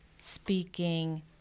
speaking